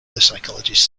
psychologist